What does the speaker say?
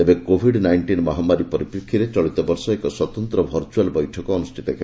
ତେବେ covid nineteen ମହାମାରୀ ପରିପ୍ରେକ୍ଷୀରେ ଚଳିତ ବର୍ଷ ଏକ ସ୍ୱତନ୍ତ୍ର ଭର୍ଚୁଆଲ୍ ବୈଠକ ଅନୁଷ୍ଠିତ ହେବ